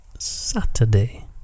Saturday